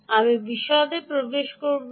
আমি বিশদে প্রবেশ করবো না